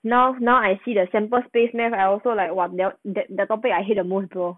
now now I see the sample space math I also like !wah! melt that the topic I hate the most bro